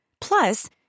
Plus